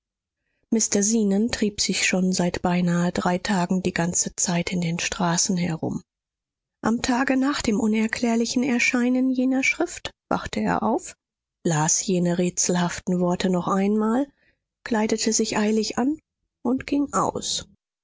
mr zenon trieb sich schon seit beinahe drei tagen die ganze zeit in den straßen herum am tage nach dem unerklärlichen erscheinen jener schrift wachte er auf las jene rätselhaften worte noch einmal kleidete sich eilig an und ging aus